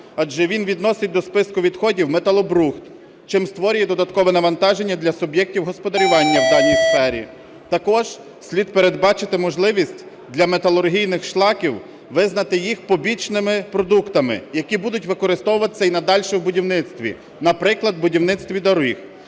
Адже він відносить до списку відходів металобрухт, чим створює додаткове навантаження для суб'єктів господарювання в даній сфері. Також слід передбачити можливість для металургійних шлаків визнати їх побічними продуктами, які будуть використовуватися і надалі в будівництві, наприклад, будівництві доріг.